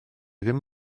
ddim